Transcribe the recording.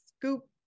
scoop